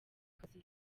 kazi